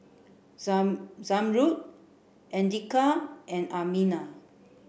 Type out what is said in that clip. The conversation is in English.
Zam Zamrud Andika and Aminah